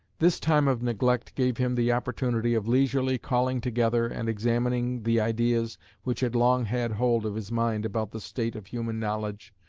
this time of neglect gave him the opportunity of leisurely calling together and examining the ideas which had long had hold of his mind about the state of human knowledge,